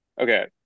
Okay